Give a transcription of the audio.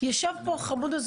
מחייב אישור הרמטכ"ל.